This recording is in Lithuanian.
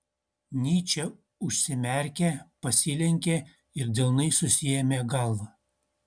nyčė užsimerkė pasilenkė ir delnais susiėmė galvą